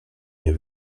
nie